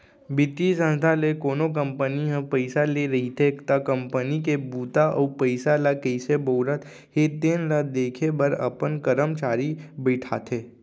बित्तीय संस्था ले कोनो कंपनी ह पइसा ले रहिथे त कंपनी के बूता अउ पइसा ल कइसे बउरत हे तेन ल देखे बर अपन करमचारी बइठाथे